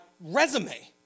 resume